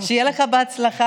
שיהיה לך בהצלחה.